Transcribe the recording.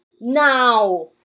now